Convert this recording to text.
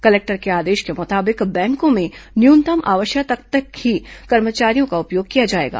collector के आदेश के मुताबिक बैंकों में न्यूनतम आवश्यकता तक ही कर्मचारियों का उपयोग किया जाएगा